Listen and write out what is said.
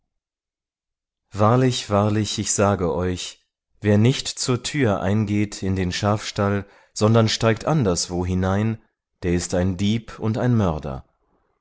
wahrlich wahrlich ich sage euch wer nicht zur tür eingeht in den schafstall sondern steigt anderswo hinein der ist ein dieb und ein mörder